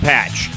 Patch